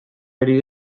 ari